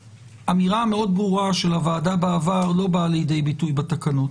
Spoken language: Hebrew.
האמירה המאוד ברורה של הוועדה בעבר לא באה לידי ביטוי בתקנות.